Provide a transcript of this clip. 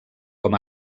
com